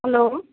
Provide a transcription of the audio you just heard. hello